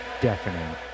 Deafening